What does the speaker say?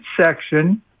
section